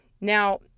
Now